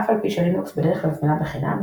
אף על פי שלינוקס בדרך כלל זמינה בחינם,